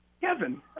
Kevin